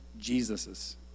Jesus's